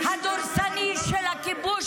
חבר הכנסת ואטורי.